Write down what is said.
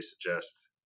suggest